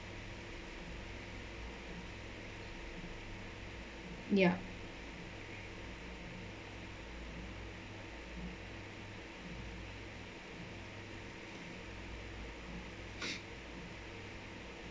ya